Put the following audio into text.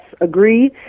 agree